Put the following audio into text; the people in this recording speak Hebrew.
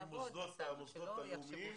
-- גם עם המוסדות הלאומיים.